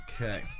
Okay